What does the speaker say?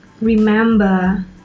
remember